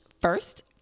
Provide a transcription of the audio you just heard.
first